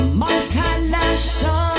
multinational